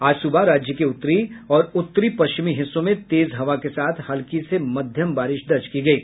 आज सुबह राज्य के उत्तरी और उत्तरी पश्चिमी हिस्सों में तेज हवा के साथ हल्की से मध्यम बारिश दर्ज की गयी